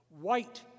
white